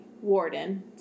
warden